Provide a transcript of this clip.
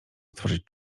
stworzyć